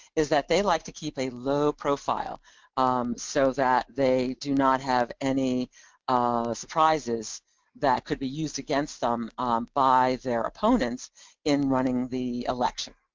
is that they like to keep a low profile um so that they do not have any surprises that could be used against them by their opponents in running the election.